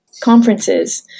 conferences